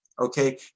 okay